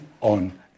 on